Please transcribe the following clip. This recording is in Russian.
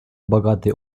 богатый